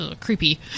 creepy